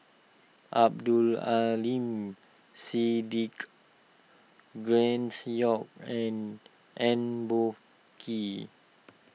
Abdul Aleem Siddique Grace Young and Eng Boh Kee